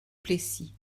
plessis